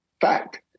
Fact